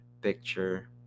picture